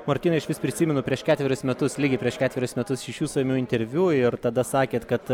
martynai aš vis prisimenu prieš ketverius metus lygiai prieš ketverius metus iš jūsų ėmiau interviu ir tada sakėt kad